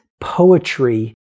poetry